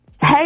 Hey